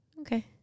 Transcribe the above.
Okay